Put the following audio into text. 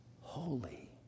holy